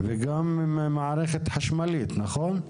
וגם מערכת חשמלית, נכון?